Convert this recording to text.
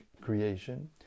creation